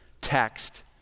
text